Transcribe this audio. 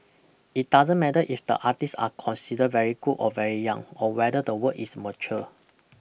it doesn't matter if the artists are consider very good or very young or whether the work is mature